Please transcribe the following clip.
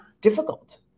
difficult